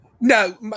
No